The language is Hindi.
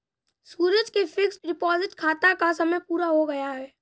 सूरज के फ़िक्स्ड डिपॉज़िट खाता का समय पूरा हो गया है